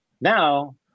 now